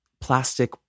plastic